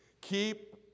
keep